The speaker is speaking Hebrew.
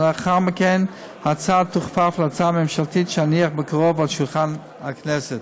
ולאחר מכן ההצעה תוכפף להצעה הממשלתית שאניח בקרוב על שולחן הכנסת.